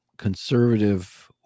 conservative